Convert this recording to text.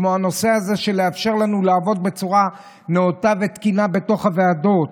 כמו הנושא הזה של לאפשר לנו לעבוד בצורה נאותה ותקינה בתוך הוועדות,